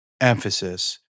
emphasis